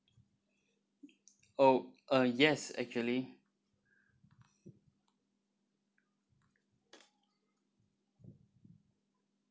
oh uh yes actually